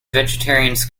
vegetarians